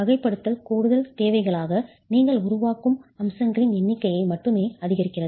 வகைப்படுத்தல் கூடுதல் தேவைகளாக நீங்கள் உருவாக்கும் அம்சங்களின் எண்ணிக்கையை மட்டுமே அதிகரிக்கிறது